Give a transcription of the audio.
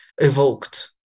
evoked